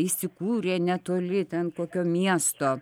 įsikūrė netoli ten kokio miesto